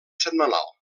setmanal